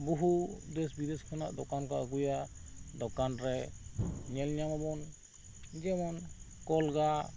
ᱵᱚᱦᱩ ᱫᱮᱥ ᱵᱤᱫᱮᱥ ᱠᱷᱚᱱᱟᱜ ᱫᱚᱠᱟᱱ ᱠᱚ ᱟᱹᱜᱩᱭᱟ ᱫᱚᱠᱟᱱ ᱨᱮ ᱧᱮᱞ ᱧᱟᱢ ᱟᱵᱚᱱ ᱡᱮᱢᱚᱱ ᱠᱚᱞᱜᱟ